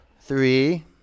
Three